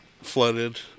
flooded